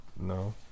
no